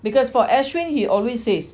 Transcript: because for ashwin he always says